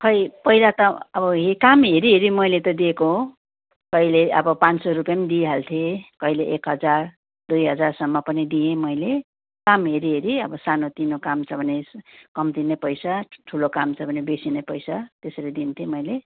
खै पहिला त अब काम हेरी हेरी मैले त दिएको हो कहिले अब पाँच सय रुपियाँ पनि दिइहाल्थेँ कहिले एक हजार दुई हजारसम्म पनि दिएँ मैले काम हेरी हेरी अब सानोतिनो काम छ भने कम्ती नै पैसा ठुलो काम छ भने बेसी नै पैसा त्यसरी दिन्थेँ मैले